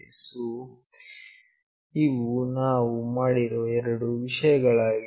so ಇವು ನಾವು ಮಾಡಿರುವ ಎರಡು ವಿಷಯಗಳಾಗಿವೆ